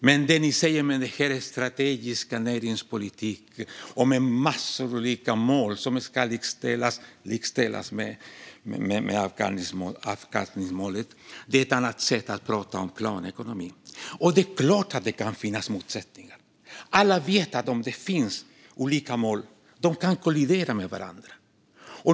Men det ni säger om strategisk näringspolitik och en massa olika mål som ska likställas med avkastningsmålet är ett annat sätt att prata om planekonomi. Det är klart att det kan finnas motsättningar. Alla vet att om det finns olika mål kan de kollidera med varandra.